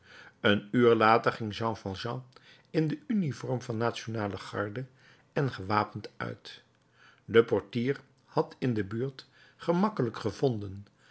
een uur later ging jean valjean in de uniform van nationale garde en gewapend uit de portier had in de buurt gemakkelijk gevonden